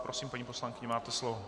Prosím, paní poslankyně, máte slovo.